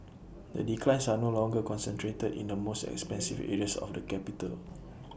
the declines are no longer concentrated in the most expensive areas of the capital